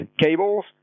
cables